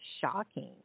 shocking